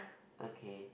okay